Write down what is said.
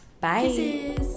Bye